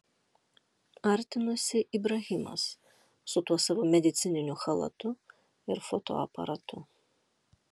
artinosi ibrahimas su tuo savo medicininiu chalatu ir fotoaparatu